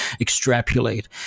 extrapolate